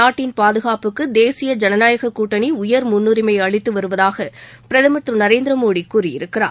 நாட்டின் பாதகாப்புக்கு தேசிய ஜனநாயக கூட்டணி உயர் முன்னுரிமை அளித்து வருவதாக பிரதமர் திரு நரேந்திர மோடி கூறியிருக்கிறார்